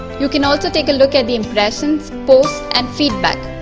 you can also take a look at the impressios post and feedback.